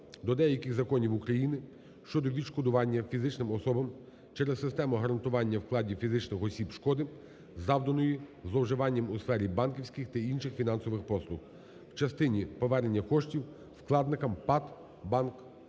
до деяких законів України щодо відшкодування фізичним особам через систему гарантування вкладів фізичних осіб шкоди, завданої зловживанням у сфері банківських та інших фінансових послуг" в частині повернення коштів вкладникам ПАТ "Банк